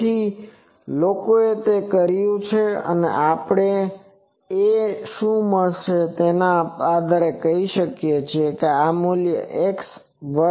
તેથી લોકોએ તે કર્યું છે અને આપણે 'a' શું મળશે તેના પર કહીએ કે આ x1 મૂલ્ય છે